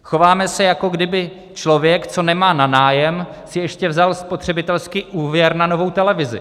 Chováme se, jako kdyby si člověk, co nemá na nájem, ještě vzal spotřebitelský úvěr na novou televizi.